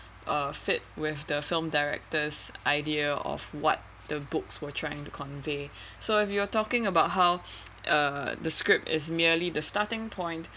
uh fit with the film director's idea of what the books were trying to convey so if you're talking about how uh the script is merely the starting point